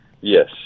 Yes